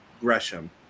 Gresham